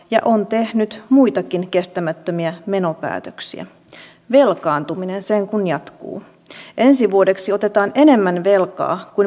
sinulla on niin valtavia erilaisia yrittämiseen liittyviä velvoitteita ennen kuin olet saanut yhtään konetta kaupaksi